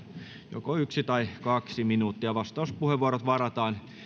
joko yksi tai kaksi minuuttia vastauspuheenvuorot varataan